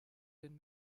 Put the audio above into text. den